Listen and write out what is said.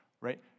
right